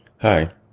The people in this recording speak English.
Hi